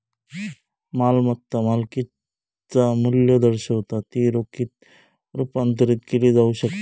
मालमत्ता मालकिचा मू्ल्य दर्शवता जी रोखीत रुपांतरित केली जाऊ शकता